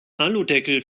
aludeckel